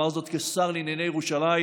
ואומר זאת כשר לענייני ירושלים.